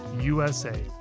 USA